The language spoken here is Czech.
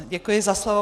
Děkuji za slovo.